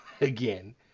again